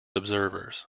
observers